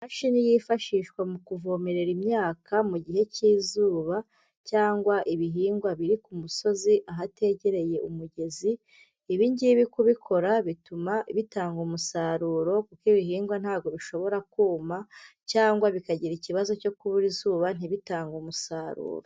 Imashini yifashishwa mu kuvomerera imyaka, mu gihe cy'izuba, cyangwa ibihingwa biri ku musozi ahategereye umugezi. Ibingibi kubikora bituma bitanga umusaruro, kuko ibihingwa ntago bishobora kuma, cyangwa bikagira ikibazo cyo kubura izuba ntibitange umusaruro.